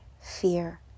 fear